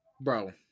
Bro